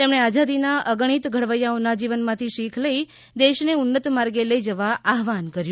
તેમણે આઝાદીના અગણિત ઘડવૈયાઓના જીવનમાંથી શીખ લઈ દેશને ઉન્નત માર્ગે લઈ જવા આહ્વાન કર્યું